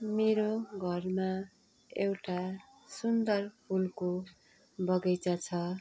मेरो घरमा एउटा सुन्दर फुलको बगैँचा छ